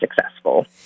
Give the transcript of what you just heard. successful